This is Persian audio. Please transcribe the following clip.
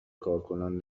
کارکنان